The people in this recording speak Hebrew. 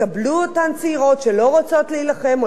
יתכבדו אותן צעירות שלא רוצות להילחם או